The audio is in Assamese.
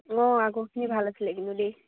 অঁ আগৰখিনি ভাল আছিলে কিন্তু দেই